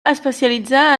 especialitzar